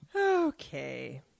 Okay